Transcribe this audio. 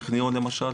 טכניון למשל,